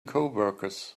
coworkers